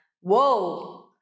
whoa